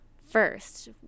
first